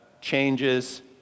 changes